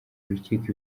urukiko